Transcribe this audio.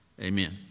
Amen